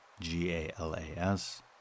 G-A-L-A-S